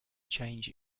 change